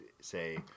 say